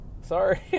sorry